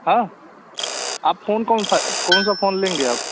हाँ आप फ़ोन कौन सा कौन सा फ़ोन लेंगे आप